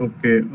Okay